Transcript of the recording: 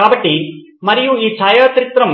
కాబట్టి మరియు ఈ ఛాయాచిత్రం